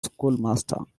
schoolmaster